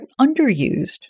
underused